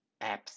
apps